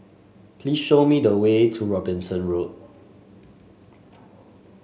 please show me the way to Robinson Road